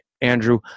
Andrew